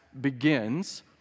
begins